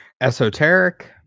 Esoteric